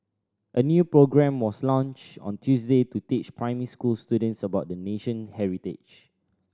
a new programme was launched on Tuesday to teach primary school students about the nation heritage